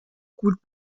gut